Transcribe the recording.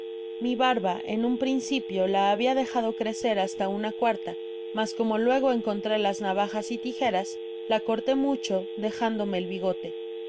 mi barba en un principio la habia dejado crecer hasta una cuarta mas como luego encontré las navajas y tijeras la corté mucho dejándome el bigote